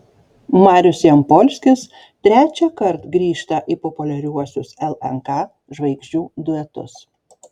marius jampolskis trečiąkart grįžta į populiariuosius lnk žvaigždžių duetus